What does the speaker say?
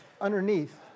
underneath